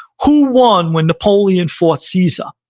who won when napoleon fought caesar?